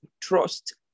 trust